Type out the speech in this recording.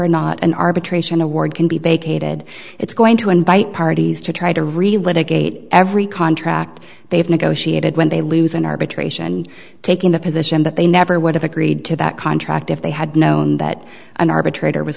or not an arbitration award can be vacated it's going to invite parties to try to relate a gate every contract they've negotiated when they lose an arbitration taking the position that they never would have agreed to that contract if they had known that an arbitrator was